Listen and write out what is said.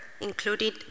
included